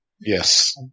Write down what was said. Yes